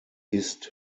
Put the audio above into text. ist